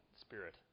spirit